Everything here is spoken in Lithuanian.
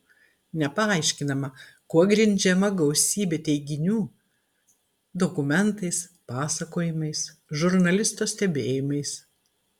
nepaaiškinama kuo grindžiama gausybė teiginių dokumentais pasakojimais žurnalisto stebėjimais